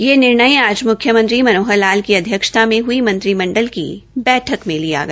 यह निर्णय आज म्ख्यमंत्री मनोहर लाल की अध्यक्षता में हुई मंत्रिमंडल की बैठक में लिया गया